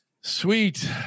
sweet